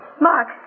Mark